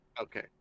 okay